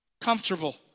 comfortable